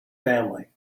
family